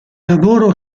lavoro